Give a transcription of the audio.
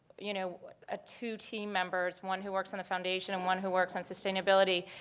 you know, ah two team members, one who works on the foundation and one who works on sustainability,